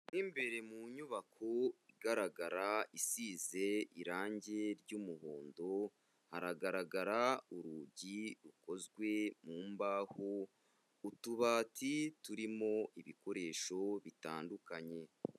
Mu imbere mu nyubako igaragara isize irange ry'umuhondo, haragaragara urugi rukozwe mu mbaho, utubati turimo ibikoresho bitandukanye.